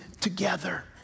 together